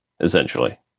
Essentially